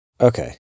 Okay